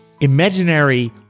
imaginary